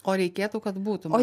o reikėtų kad būtų